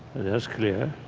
that is clear.